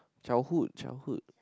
childhood childhood